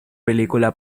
película